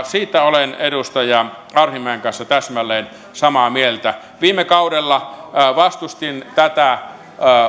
siitä olen edustaja arhinmäen kanssa täsmälleen samaa mieltä viime kaudella vastustin tätä